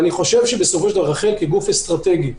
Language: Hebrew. בסופו של דבר רח"ל כגוף אסטרטגי,